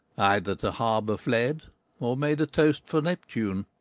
either to harbour fled or made a toast for neptune.